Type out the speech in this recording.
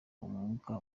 umwuka